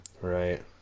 Right